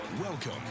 Welcome